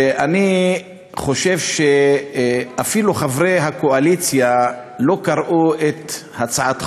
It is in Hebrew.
ואני חושב שאפילו חברי הקואליציה לא קראו את הצעת החוק,